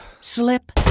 slip